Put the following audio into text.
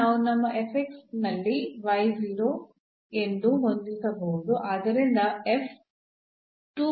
ನಾವು ನಮ್ಮ ನಲ್ಲಿ 0 ಎಂದು ಹೊಂದಿಸಬಹುದು